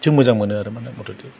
जों मोजां मोनो आरो माने मुथ'ते